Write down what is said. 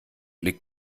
liegt